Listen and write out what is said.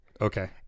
Okay